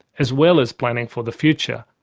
as well as planning for the future.